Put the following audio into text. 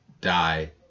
die